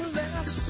less